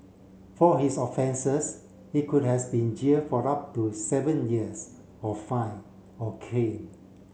for his offences he could has been jail for up to seven years or fined or caned